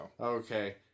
Okay